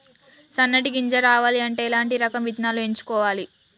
సన్నటి గింజ రావాలి అంటే ఎలాంటి రకం విత్తనాలు ఎంచుకోవాలి?